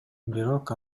бирок